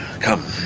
Come